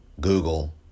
Google